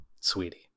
sweetie